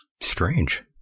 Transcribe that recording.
Strange